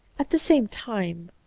at the same time,